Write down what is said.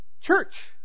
church